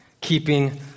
keeping